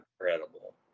incredible